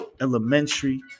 elementary